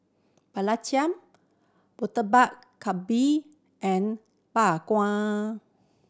Murtabak Kambing and Bak Kwa